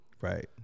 Right